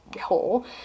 hole